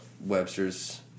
Webster's